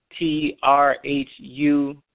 trhu